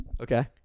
okay